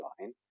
line